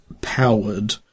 powered